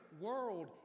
world